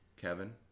Kevin